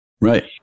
Right